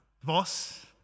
Voss